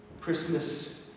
Christmas